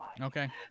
Okay